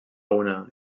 una